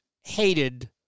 hated